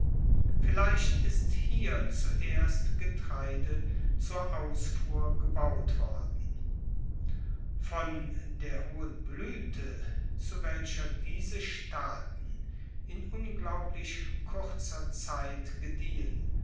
vielleicht ist hier zuerst getreide zur ausfuhr gebaut worden von der hohen bluete zu welcher diese staaten in unglaublich kurzer zeit gediehen